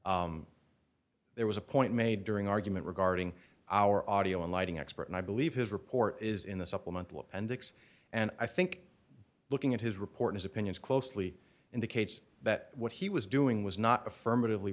there was a point made during argument regarding our audio and lighting expert and i believe his report is in the supplemental appendix and i think looking at his report as opinions closely indicates that what he was doing was not affirmative